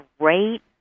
great